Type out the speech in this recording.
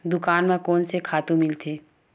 दुकान म कोन से खातु मिलथे?